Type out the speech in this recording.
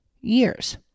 years